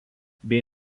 bei